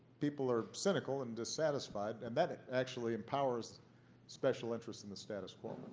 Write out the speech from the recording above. people are cynical and dissatisfied, and that actually empowers special interests and the status quo,